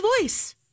voice